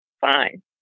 Fine